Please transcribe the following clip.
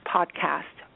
Podcast